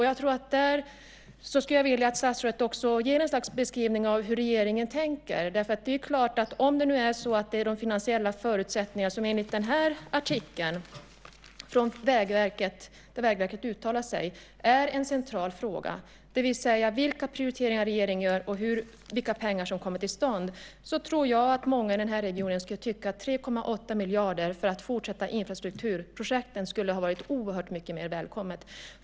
Jag skulle vilja att statsrådet gav ett slags beskrivning av hur regeringen tänker. Om det är de finansiella förutsättningarna som enligt den här artikeln där Vägverket uttalar sig är en central fråga - det vill säga vilka prioriteringar regeringen gör och hur mycket som satsas - tror jag att många i den här regionen skulle tycka att 3,8 miljarder för att fortsätta infrastrukturprojekten skulle ha varit oerhört mycket mer välkommet.